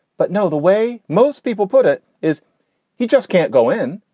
but no, the way most people put it is he just can't go in